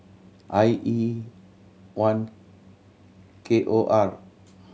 I E one K O R